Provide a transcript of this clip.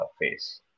face